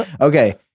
okay